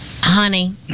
Honey